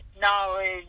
knowledge